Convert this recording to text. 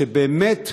שבאמת,